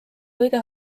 kõige